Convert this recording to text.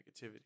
negativity